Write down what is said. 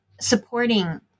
supporting